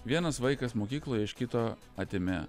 vienas vaikas mokykloje iš kito atėmė